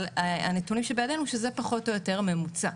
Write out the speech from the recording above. אבל הנתונים שבידינו שזה פחות או יותר הממוצע.